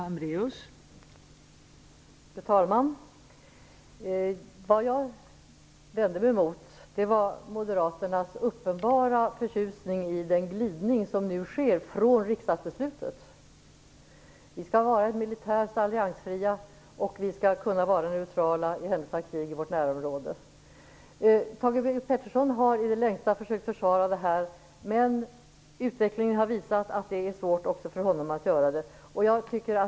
Fru talman! Vad jag vände mig mot var moderaternas uppenbara förtjusning i den glidning från riksdagsbeslutet som nu sker. Vi skall vara militärt alliansfria, och vi skall kunna vara neutrala i händelse av krig i vårt närområde. Thage G Peterson har i det längsta försökt försvara det här, men utvecklingen har visat att det är svårt också för honom att göra det.